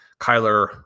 Kyler